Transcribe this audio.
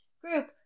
group